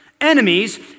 enemies